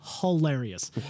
hilarious